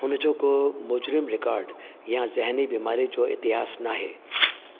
हुनजो को मुज़रिम रिकाड या ज़हनी बीमारी जो इतिहासु नाहे